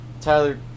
Tyler